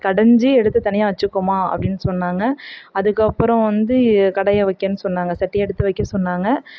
கடைஞ்சி எடுத்து தனியாக வெச்சுக்கோமா அப்படினு சொன்னாங்க அதுக்கப்புறோம் வந்து கடாயை வைக்க சொன்னாங்க சட்டி எடுத்து வைக்க சொன்னாங்க